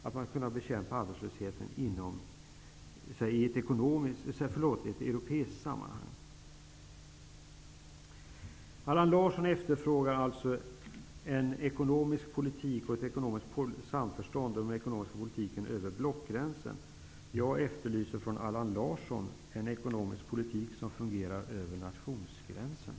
Man skall kunna bekämpa arbetslösheten i ett europeiskt sammanhang. Allan Larsson efterfrågar alltså en ekonomisk politik och ett samförstånd om den ekonomiska politiken över blockgränsen. Jag efterlyser från Allan Larsson en ekonomisk politik som fungerar över nationsgränsen.